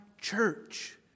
church